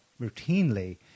routinely